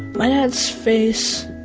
my dad's face